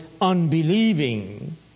unbelieving